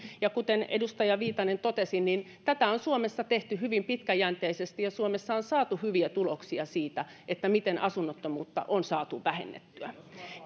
kuten edustaja viitanen totesi niin tätä on suomessa tehty hyvin pitkäjänteisesti ja suomessa on saatu hyviä tuloksia siitä miten asunnottomuutta on saatu vähennettyä